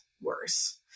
worse